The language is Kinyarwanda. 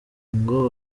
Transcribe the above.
ngo